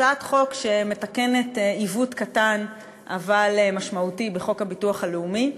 הצעת חוק שמתקנת עיוות קטן אבל משמעותי בחוק הביטוח הלאומי.